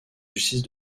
justice